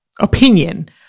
opinion